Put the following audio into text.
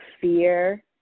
fear